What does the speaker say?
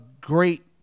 great